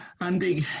Andy